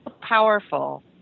powerful